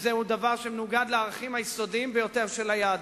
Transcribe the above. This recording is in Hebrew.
וזהו דבר שמנוגד לערכים היסודיים ביותר של היהדות.